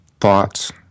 thoughts